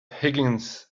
higgins